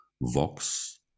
Vox